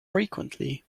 frequently